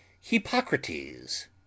Hippocrates